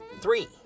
three